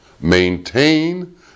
maintain